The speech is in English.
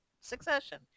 succession